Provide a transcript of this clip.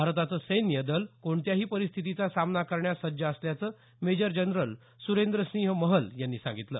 भारताचं सैन्य दल कोणत्याही परिस्थितीचा सामना करण्यास सज्ज असल्याचं मेजर जनरल सुरेंद्र सिंह महल यांनी सांगितलं